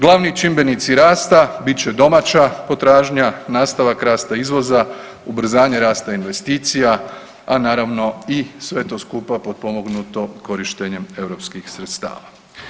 Glavni čimbenici rasta bit će domaća potražnja, nastavak rasta izvoza, ubrzanje rasta investicija, a naravno i sve to skupa potpomognuto korištenjem EU sredstava.